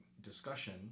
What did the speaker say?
discussion